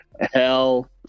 hell